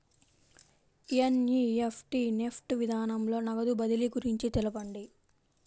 NEFT NEFT విధానంలో నగదు బదిలీ గురించి తెలుపండి?